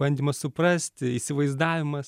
bandymas suprasti įsivaizdavimas